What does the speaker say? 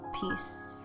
peace